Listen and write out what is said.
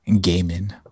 gaming